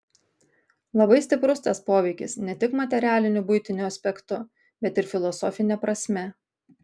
labai stiprus tas poveikis ne tik materialiniu buitiniu aspektu bet ir filosofine prasme